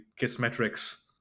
Kissmetrics